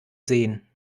sehen